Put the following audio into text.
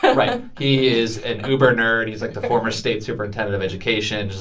right. he is an uber-nerd. he's, like, the former state superintendent of education, just,